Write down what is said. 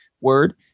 word